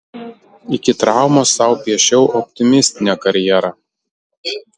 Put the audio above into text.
iki traumos sau piešiau optimistinę karjerą